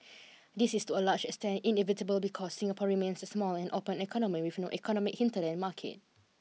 this is to a large extent inevitable because Singapore remains a small and open economy with no economic hinterland market